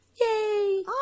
Yay